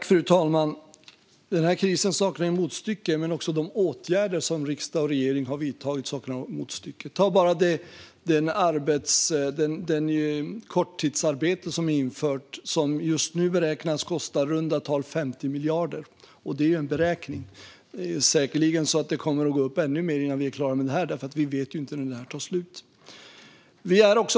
Fru talman! Den här krisen saknar motstycke, men också de åtgärder som riksdag och regering har vidtagit saknar motstycke. Ta bara det korttidsarbete som är infört och som just nu beräknas kosta i runda tal 50 miljarder. Det är en beräkning; säkerligen kommer det att gå upp ännu mer innan vi är klara med det här. Vi vet ju inte när det tar slut.